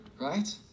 Right